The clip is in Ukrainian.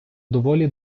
доволі